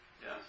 Yes